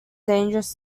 dangerous